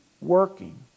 working